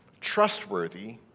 trustworthy